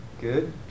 Good